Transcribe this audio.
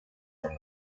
from